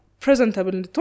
Presentable